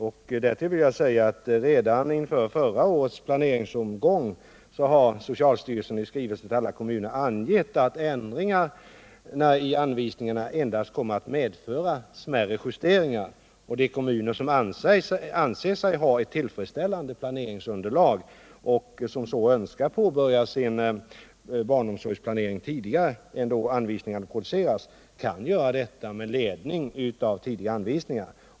Jag vill också tillägga att redan inför förra årets planeringsomgång angav socialstyrelsen i skrivelse till alla kommuner att ändringarna i anvisningarna endast skulle komma att medföra smärre justeringar, och de kommuner som ansåg sig ha ett tillfredsställande planeringsunderlag och önskade göra sin barnomsorgsplanering innan anvisningarna var klara kunde göra det med ledning av tidigare anvisningar.